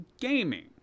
gaming